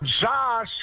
Josh